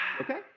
okay